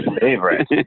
Favorite